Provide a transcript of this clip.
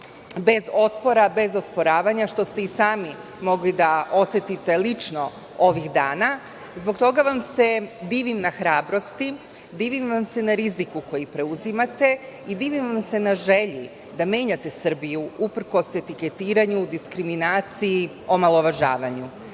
bez otpora, bez osporavanja, što ste i sami mogli da osetite lično ovih dana. Zbog toga vam se divim na hrabrosti, divim vam se na riziku koji preuzimate i divim vam se na želji da menjate Srbiju, uprkos etiketiranju, diskriminaciji, omalovažavanju. Vi